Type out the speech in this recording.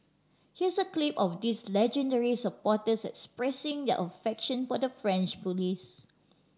here's a clip of these legendary supporters expressing their affection for the French police